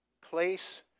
place